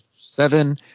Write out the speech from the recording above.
seven